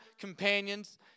companions